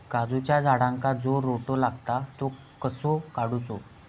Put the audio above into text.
काजूच्या झाडांका जो रोटो लागता तो कसो काडुचो?